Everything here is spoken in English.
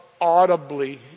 audibly